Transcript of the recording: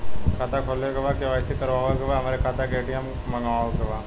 खाता खोले के बा के.वाइ.सी करावे के बा हमरे खाता के ए.टी.एम मगावे के बा?